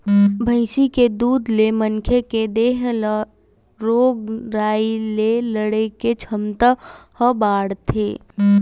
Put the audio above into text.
भइसी के दूद ले मनखे के देहे ल रोग राई ले लड़े के छमता ह बाड़थे